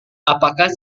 apakah